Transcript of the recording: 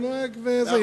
מאה אחוז.